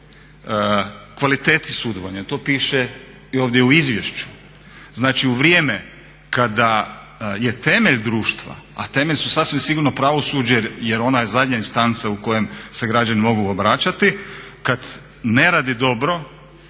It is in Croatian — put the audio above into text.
kvaliteti sudovanja, to piše i ovdje u izvješću. Znači u vrijeme kada je temelj društva, a temelj su sasvim sigurno pravosuđe jer ona je zadnja instanca u kojem se građani mogu obraćati kad ne radi dobro,